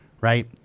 right